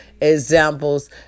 examples